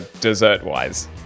dessert-wise